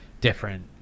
different